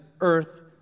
earth